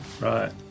Right